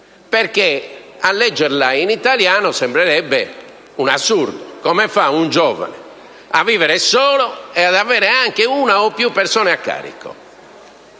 carico; a leggerlo in italiano sembrerebbe un assurdo: come fa un giovane a vivere solo e avere anche una o più persone a carico?